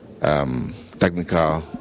technical